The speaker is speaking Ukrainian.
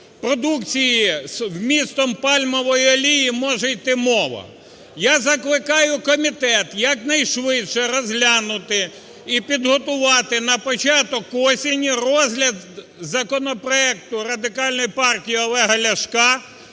продукції з вмістом пальмової олії може йти мова? Я закликаю комітет якнайшвидше розглянути і підготувати на початок осені розгляд законопроекту Радикальної партії Олега Ляшка